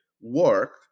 work